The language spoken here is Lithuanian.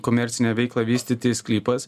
komercinę veiklą vystyti sklypas